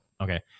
Okay